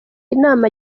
inama